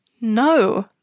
No